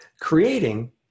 Creating